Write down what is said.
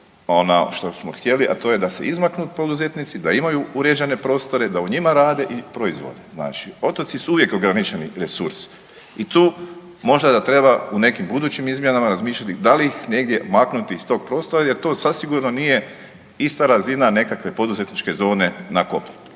što smo htjeli, a to je da se izmaknu poduzetnici, da imaju uređene prostore, da u njima rade i proizvode. Znači, otoci su uvijek ograničeni resurs i tu možda da treba u nekim budućim izmjenama razmišljati da li ih negdje maknuti iz tog prostora jer to zasigurno nije ista razina nekakve poduzetničke zone na kopnu.